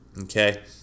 okay